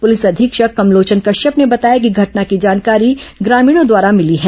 प्रलिस अधीक्षक कमलोचन कश्यप ने बताया कि घटना की जानकारी ग्रामीणों द्वारा मिली है